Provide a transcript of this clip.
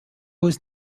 was